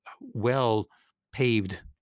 well-paved